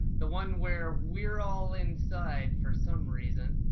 the one where we're all inside for some reason,